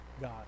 god